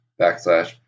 backslash